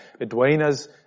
Edwina's